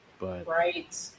Right